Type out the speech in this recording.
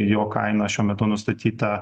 jo kaina šiuo metu nustatyta